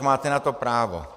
Máte na to právo.